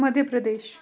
Madhya Pradesh